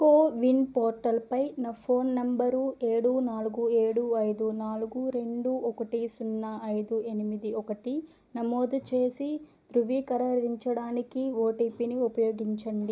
CoWIN పోర్టల్పై నా phone number ఏడు నాలుగు ఏడు ఐదు నాలుగు రెండు ఒకటి సున్నా ఐదు ఎనిమిది ఒకటి నమోదు చేసి ధృవీకరించడానికి ఓటిపిని ఉపయోగించండి